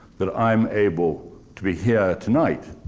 that i am able to be here tonight